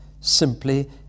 simply